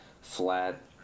flat